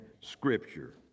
Scripture